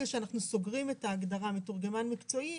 שאנחנו סוגרים את ההגדרה של מתורגמן מקצועי,